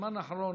שבזמן האחרון